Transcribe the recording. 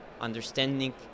Understanding